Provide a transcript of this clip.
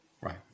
Right